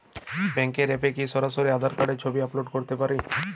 ব্যাংকের অ্যাপ এ কি সরাসরি আমার আঁধার কার্ড র ছবি আপলোড করতে পারি?